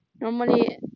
normally